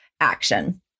action